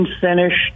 finish